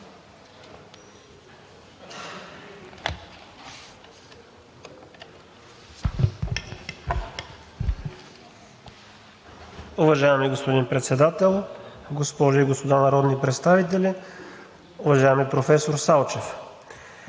Уважаеми господин Председател, госпожи и господа народни представители! Уважаеми професор Салчев,